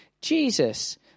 Jesus